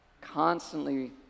constantly